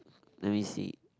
let me see